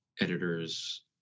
editors